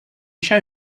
show